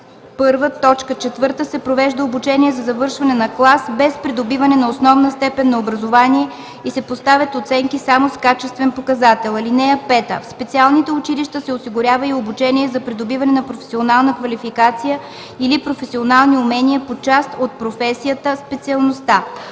по ал. 1, т. 4 се провежда обучение за завършване на клас, без придобиване на основна степен на образование и се поставят оценки само с качествен показател. (5) В специалните училища се осигурява и обучение за придобиване на професионална квалификация или професионални умения по част от професията/специалността.”